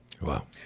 Wow